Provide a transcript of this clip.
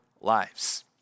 lives